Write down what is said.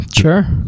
Sure